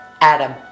Adam